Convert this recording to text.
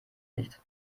nicht